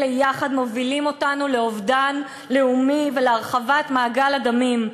אלה יחד מובילים אותנו לאובדן לאומי ולהרחבת מעגל הדמים.